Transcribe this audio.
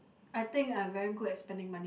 I think I'm very good at spending money